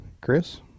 Chris